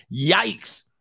Yikes